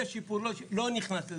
יהיה שיפור, לא יהיה שיפור, לא נכנס לזה.